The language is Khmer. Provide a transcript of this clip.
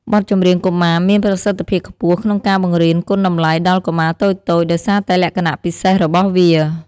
បទចម្រៀងកុមារមានប្រសិទ្ធភាពខ្ពស់ក្នុងការបង្រៀនគុណតម្លៃដល់កុមារតូចៗ ដោយសារតែលក្ខណៈពិសេសរបស់វា។